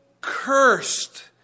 Cursed